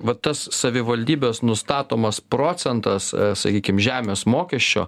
va tas savivaldybės nustatomas procentas sakykim žemės mokesčio